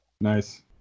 Nice